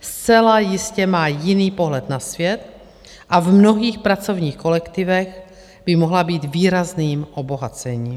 Zcela jistě má jiný pohled na svět a v mnohých pracovních kolektivech by mohla být výrazným obohacením.